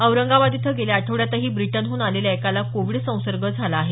औरंगाबाद इथं गेल्या आठवड्यातही ब्रिटनहून आलेल्या एकाला कोविड संसर्ग झाला आहे